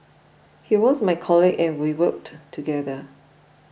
he was my colleague and we worked together